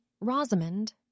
Rosamond